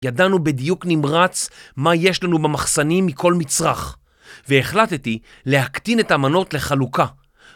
ידענו בדיוק נמרץ מה יש לנו במחסנים מכל מצרך והחלטתי להקטין את המנות לחלוקה